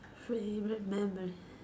favorite memory